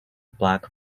black